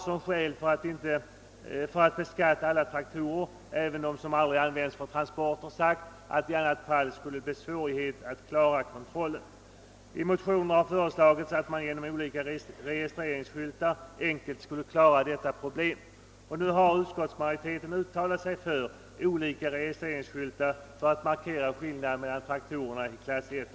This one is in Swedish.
Som skäl för att beskatta alla traktorer — även dem som aldrig används för transporter — har framhållits att svårigheter i annat fall skulle uppstå att klara av erforderliga kontrollåtgärder. I motioner har föreslagits att man genom olika registreringsskyltar på ett enket sätt skulle lösa detta problem. Nu har också utskottsmajoriteten uttalat sig för olika registreringsskyltar för att markera skillnaden mellan klass I och II.